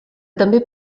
també